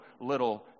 little